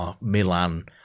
Milan